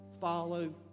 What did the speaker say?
follow